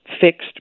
fixed